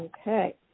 Okay